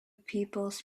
peoples